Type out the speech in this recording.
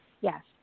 Yes